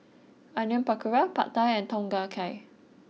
Onion Pakora Pad Thai and Tom Kha Gai